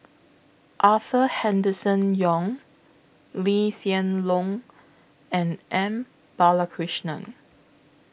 Arthur Henderson Young Lee Hsien Loong and M Balakrishnan